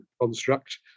construct